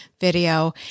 video